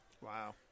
Wow